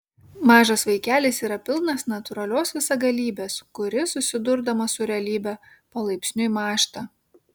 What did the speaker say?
mažas vaikelis yra pilnas natūralios visagalybės kuri susidurdama su realybe palaipsniui mąžta